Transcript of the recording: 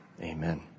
Amen